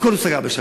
הכול הוא סגר בשבת,